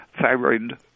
thyroid